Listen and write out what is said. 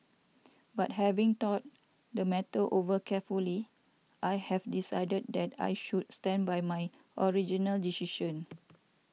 but having thought the matter over carefully I have decided that I should stand by my original decision